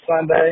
Sunday